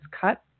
cut